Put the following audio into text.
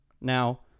Now